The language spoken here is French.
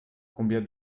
combien